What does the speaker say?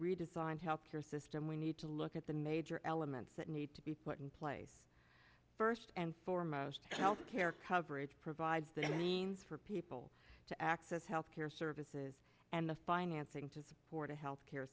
redesigned health care system we need to look at the major elements that need to be put in place first and foremost health care coverage provides that means for people to access health care services and the financing to support a health care